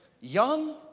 Young